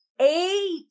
eight